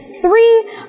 three